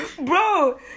bro